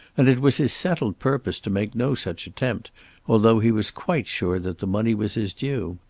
and it was his settled purpose to make no such attempt although he was quite sure that the money was his due.